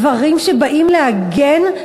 דברים שבאים להגן?